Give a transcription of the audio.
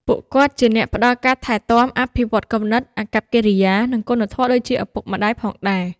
ពួកគាត់ជាអ្នកផ្តល់ការថែទាំ អភិវឌ្ឍគំនិត អាកប្បកិរិយា និងគុណធម៌ដូចជាឪពុកម្តាយផងដែរ។